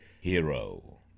hero